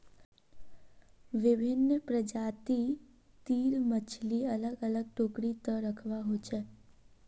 विभिन्न प्रजाति तीर मछली अलग अलग टोकरी त रखवा हो छे